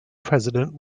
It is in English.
president